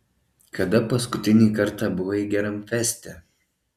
kada paskutinį kartą buvai geram feste